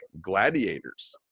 gladiators